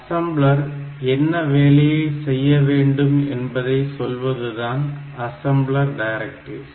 assembler என்ன வேலையை செய்ய வேண்டும் என்பதை சொல்வது தான் அசம்ளர் டைரக்ட்டிவ்ஸ்